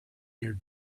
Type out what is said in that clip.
near